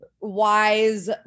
wise